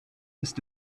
ist